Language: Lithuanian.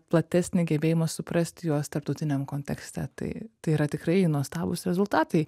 platesnį gebėjimą suprasti juos tarptautiniam kontekste tai tai yra tikrai nuostabūs rezultatai